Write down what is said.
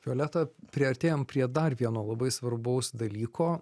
violeta priartėjom prie dar vieno labai svarbaus dalyko